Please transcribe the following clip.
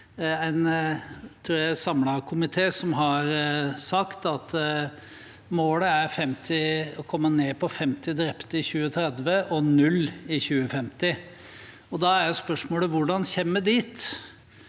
en samlet komité sagt at målet er å komme ned på 50 drepte i 2030 og 0 i 2050. Da er spørsmålet: Hvordan kommer vi dit?